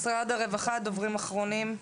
משרד הרווחה, דוברים אחרונים.